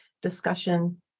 discussion